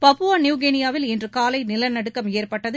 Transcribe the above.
Papua நியூகினியாவில் இன்று காலை நிலநடுக்கம் ஏற்பட்டது